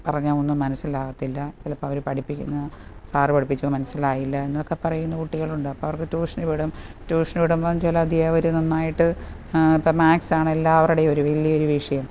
പറഞ്ഞാൽ ഒന്നും മനസ്സിലാകത്തില്ല ചിലപ്പം അവർ പഠിപ്പിക്കുന്ന സാറ് പഠിപ്പിച്ചപ്പോൾ മനസ്സിലായില്ല എന്നൊക്കെ പറയുന്ന കുട്ടികളുണ്ട് അപ്പം അവർക്ക് ട്യൂഷന് വിടും ട്യൂഷന് വിടുമ്പം ചില അദ്ധ്യാപകർ നന്നായിട്ട് ഇപ്പം മാത്സാണ് എല്ലാവരുടേയുമൊരു വലിയൊരു വിഷയം